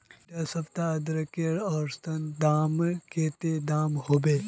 इडा सप्ताह अदरकेर औसतन दाम कतेक तक होबे?